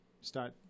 start